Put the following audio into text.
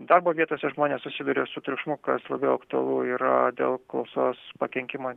darbo vietose žmonės susiduria su triukšmu kas labiau aktualu yra dėl klausos pakenkimo